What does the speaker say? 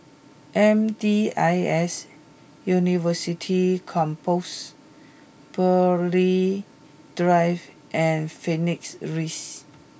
M D I S University Campus Burghley Drive and Phoenix Raise